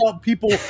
people